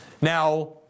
Now